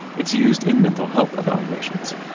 it's used in mental health evaluations.